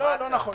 לא נכון.